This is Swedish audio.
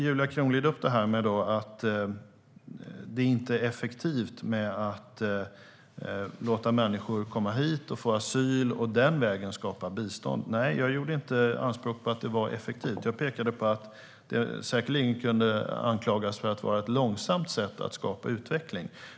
Julia Kronlid tar också upp att det inte är effektivt att låta människor komma hit, få asyl och den vägen skapa bistånd. Nej, jag gjorde inte anspråk på att det var effektivt. Jag pekade på att det säkerligen kunde beskyllas för att vara ett långsamt sätt att skapa utveckling.